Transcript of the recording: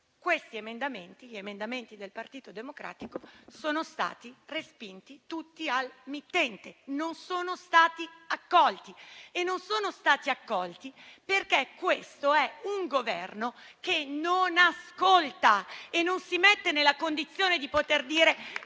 essere migliore), gli emendamenti del Partito Democratico sono stati respinti tutti al mittente e non sono stati accolti. Non sono stati accolti perché questo è un Governo che non ascolta e non si mette nella condizione di dire